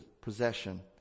possession